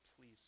please